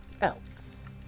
else